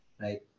right